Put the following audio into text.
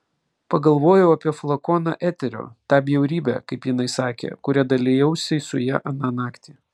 pagalvojau apie flakoną eterio tą bjaurybę kaip jinai sakė kuria dalijausi su ja aną naktį